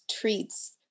treats